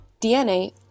DNA